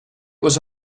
was